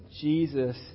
Jesus